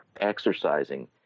exercising